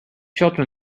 shelter